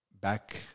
back